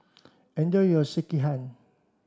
enjoy your Sekihan